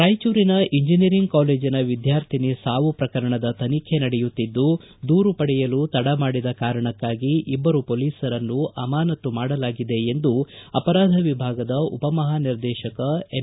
ರಾಯಚೂರಿನ ಇಂಜಿನಿಯರಿಂಗ್ ಕಾಲೇಜಿನ ವಿದ್ಕಾರ್ಥಿನಿ ಸಾವು ಪ್ರಕರಣದ ತನಿಖೆ ನಡೆಯುತ್ತಿದ್ದು ದೂರು ಪಡೆಯಲು ತಡ ಮಾಡಿದ ಕಾರಣಕ್ಕಾಗಿ ಇಬ್ಬರು ಪೊಲೀಸರನ್ನು ಅಮಾನತ್ತು ಮಾಡಲಾಗಿದೆ ಎಂದು ಅಪರಾಧ ವಿಭಾಗದ ಉಪಮಹಾನಿರ್ದೇಶಕ ಎಂ